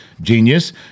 genius